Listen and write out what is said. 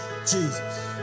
Jesus